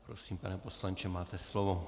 Prosím, pane poslanče, máte slovo.